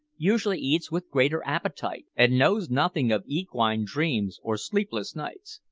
usually eats with greater appetite, and knows nothing of equine dreams or sleepless nights.